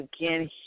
Again